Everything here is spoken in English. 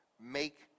make